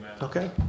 Okay